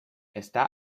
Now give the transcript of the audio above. está